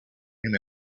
him